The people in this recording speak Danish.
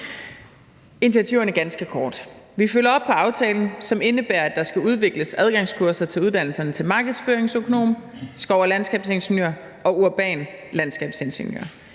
initiativerne ganske kort. Vi følger op på aftalen, som indebærer, at der skal udvikles adgangskurser til uddannelserne til markedsføringsøkonom, skov- og landskabsingeniør og urban landskabsingeniør.